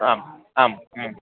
आम् आम्